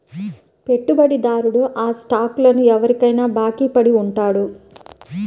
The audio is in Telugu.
పెట్టుబడిదారుడు ఆ స్టాక్లను ఎవరికైనా బాకీ పడి ఉంటాడు